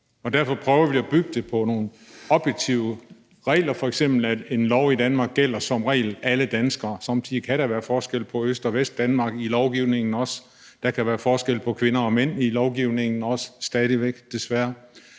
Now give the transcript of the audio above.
derfor prøver vi at bygge det på nogle objektive regler, f.eks. at en lov i Danmark som regel gælder alle danskere. Somme tider kan der være forskel på Øst- og Vestdanmark i lovgivningen, der kan også stadig væk være forskel på kvinder og mænd i lovgivningen, desværre,